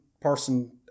person